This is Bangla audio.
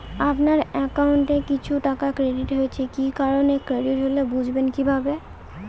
আপনার অ্যাকাউন্ট এ কিছু টাকা ক্রেডিট হয়েছে কি কারণে ক্রেডিট হল বুঝবেন কিভাবে?